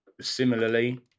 similarly